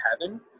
heaven